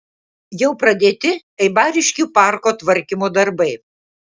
jau pradėti eibariškių parko tvarkymo darbai